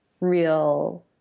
real